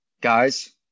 guys